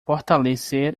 fortalecer